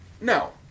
no